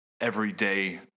everyday